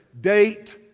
date